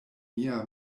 mia